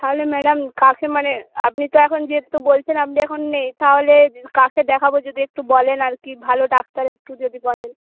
তাহলে ম্যাডাম কাকে মানে আপনি তো এখন যেহেতু বলছেন আপনি এখন নেই তাহলে কাকে দেখাবো যদি একটু যদি বলেন আর কি ভালো ডাক্তার একটু যদি বলেন